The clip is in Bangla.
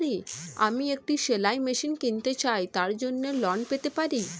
আমি একটি সেলাই মেশিন কিনতে চাই তার জন্য ঋণ পেতে পারি?